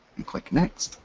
and click next.